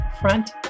Front